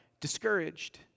discouraged